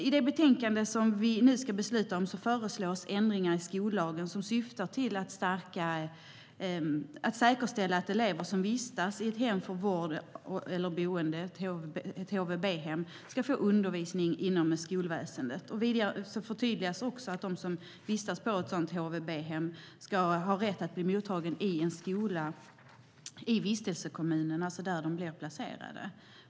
I det betänkande som vi ska besluta om föreslås ändringar i skollagen som syftar till att säkerställa att elever som vistas i ett hem för vård eller boende - HVB-hem - ska få undervisning inom skolväsendet. Vidare förtydligas att en elev som vistas på ett HVB-hem ska ha rätt att bli mottagen i en skola i vistelsekommunen, alltså där eleven är placerad.